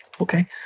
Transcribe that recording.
okay